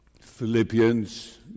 Philippians